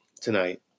tonight